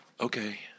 Okay